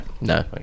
No